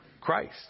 Christ